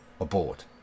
aboard